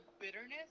bitterness